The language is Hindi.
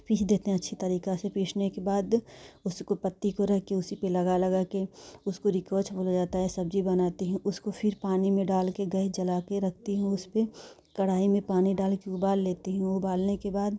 पीस देते हैं अच्छी तरीके से पीसने के बाद उसको पत्ती पर रखकर उसी पर लगा लगाकर उसको रिखोज बोला जाता है सब्ज़ी बनाती हूँ उसको फ़िर पानी में डालकर गैस जलाकर रखती हूँ उस पर कढ़ाई में पानी डालकर उबाल लेती हूँ उबालने के बाद